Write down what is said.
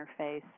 interface